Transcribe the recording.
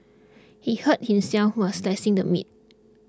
he hurt himself while slicing the meat